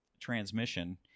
transmission